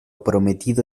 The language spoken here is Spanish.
prometido